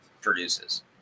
produces